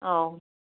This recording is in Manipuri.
ꯑꯧ